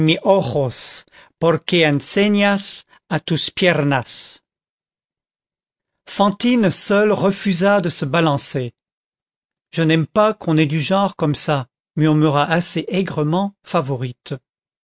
à tus piernas fantine seule refusa de se balancer je n'aime pas qu'on ait du genre comme ça murmura assez aigrement favourite